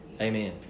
Amen